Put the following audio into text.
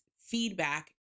feedback